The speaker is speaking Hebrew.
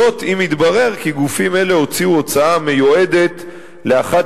זאת אם יתברר כי גופים אלה הוציאו הוצאה המיועדת לאחת